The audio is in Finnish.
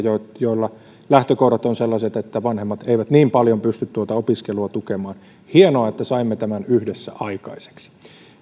joilla lähtökohdat ovat sellaiset että vanhemmat eivät niin paljon pysty tuota opiskelua tukemaan hienoa että saimme tämän yhdessä aikaiseksi ja